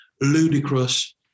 ludicrous